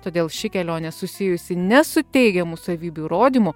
todėl ši kelionė susijusi ne su teigiamų savybių įrodymu